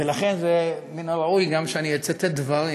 ולכן מן הראוי גם שאני אצטט דברים